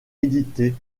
édités